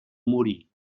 morí